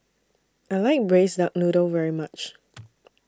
I like Braised Duck Noodle very much